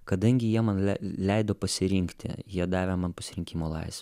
kadangi jie man le leido pasirinkti jie davė man pasirinkimo laisvę